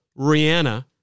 Rihanna